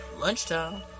Lunchtime